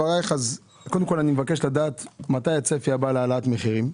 אני מבקש לדעת מתי הצפי הבא להעלאת מחירים,